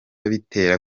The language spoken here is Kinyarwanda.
bitera